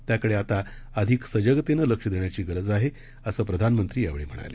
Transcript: त्याकडे आता अधिक सजगतेनं लक्ष देण्याची गरज आहे असं प्रधानमंत्री यावेळी म्हणाले